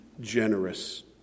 generous